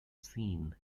scene